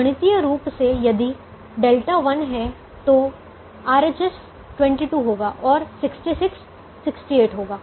गणितीय रूप से यदि δ 1 है तो RHS 22 होगा और 66 68 होगा